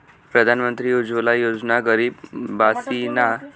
प्रधानमंत्री उज्वला योजना गरीब बायीसना करता स्वच्छ इंधन दि राहिनात